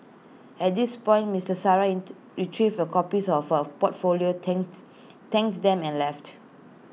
at this point Missus Sarah retrieved her copies of her portfolio thanked thanked them and left